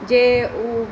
जे ओ